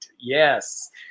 yes